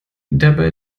dabei